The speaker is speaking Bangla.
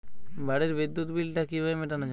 বাড়ির বিদ্যুৎ বিল টা কিভাবে মেটানো যাবে?